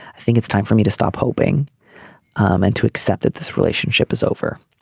i think it's time for me to stop hoping um and to accept that this relationship is over.